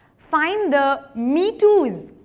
find the me too s.